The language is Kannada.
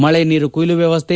ಮಳೆನೀರು ಕೊಯ್ಲು ವ್ಯವಸ್ಥೆ